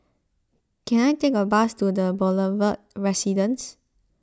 can I take a bus to the Boulevard Residence